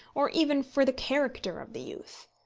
or even for the character of the youth.